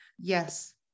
yes